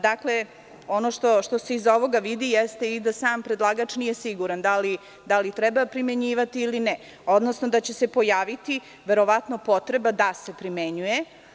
Dakle, ono što se iz ovoga vidi jeste i da sam predlagač nije siguran da li treba primenjivati ili ne, odnosno da će se pojaviti verovatno potreba da se primenjuje.